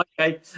okay